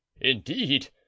indeed